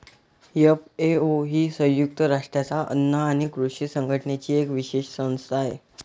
FAO ही संयुक्त राष्ट्रांच्या अन्न आणि कृषी संघटनेची एक विशेष संस्था आहे